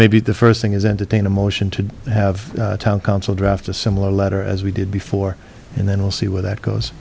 maybe the first thing is entertain a motion to have town council draft a similar letter as we did before and then we'll see where that goes